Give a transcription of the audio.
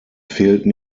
fehlten